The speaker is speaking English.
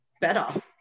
better